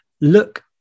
look